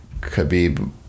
Khabib